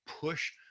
push